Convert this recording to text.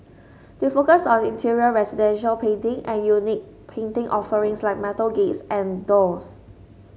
they focus on interior residential painting and unique painting offerings like metal gates and doors